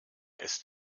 ist